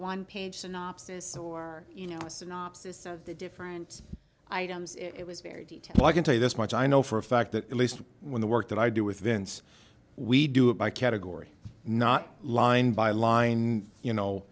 one page synopsis or you know a synopsis of the different items it was very well i can tell you this much i know for a fact that at least when the work that i do with vents we do it by category not line by line you know